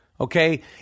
Okay